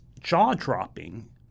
jaw-dropping